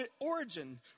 origin